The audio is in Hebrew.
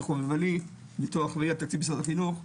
חובבני בתור אחראי על תקציב משרד החינוך.